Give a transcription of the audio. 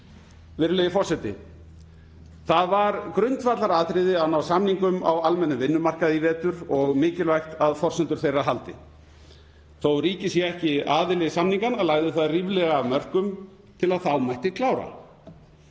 Virðulegi forseti. Það var grundvallaratriði að ná samningum á almennum vinnumarkaði í vetur og mikilvægt að forsendur þeirra haldi. Þótt ríkið sé ekki aðili samninganna lagði það ríflega af mörkum til að þá mætti klára.